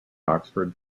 oxford